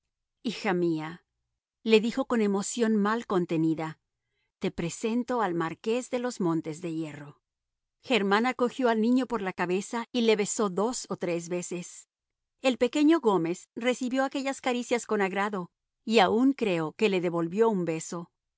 almohadones hija mía le dijo con emoción mal contenida te presento al marqués de los montes de hierro germana cogió al niño por la cabeza y le besó dos o tres veces el pequeño gómez recibió aquellas caricias con agrado y aun creo que le devolvió un beso